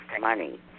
money